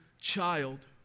child